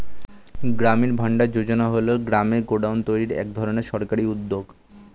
গ্রামীণ ভান্ডার যোজনা হল গ্রামে গোডাউন তৈরির এক ধরনের সরকারি উদ্যোগ